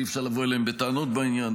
ואי-אפשר לבוא אליהם בטענות בעניין,